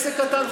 עסק קטן,